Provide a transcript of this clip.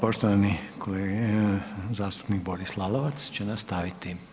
Poštovani kolega zastupnik Boris Lalovac će nastaviti.